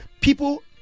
People